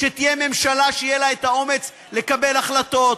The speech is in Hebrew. כשתהיה ממשלה שיהיה לה האומץ לקבל החלטות,